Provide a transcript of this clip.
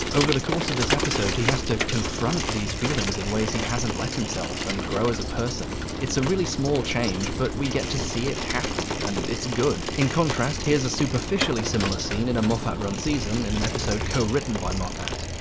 over the course of this episode he has to confront these feelings in ways he hasn't let himself and grow as a person. it's a really small change, but we get to see it happen, and it's good. in contrast, here's a superficially similar scene in a moffat run season in an episode co-written by moffat.